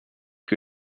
que